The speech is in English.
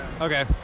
Okay